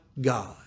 God